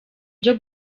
byo